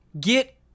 get